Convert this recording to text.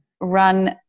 run